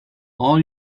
all